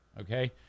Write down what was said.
Okay